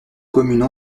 commune